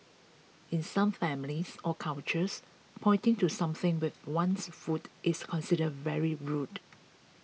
in some families or cultures pointing to something with one's foot is considered very rude